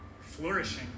Flourishing